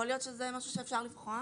יכול להיות שזה משהו שאפשר לבחון.